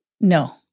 No